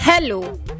Hello